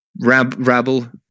rabble